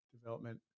Development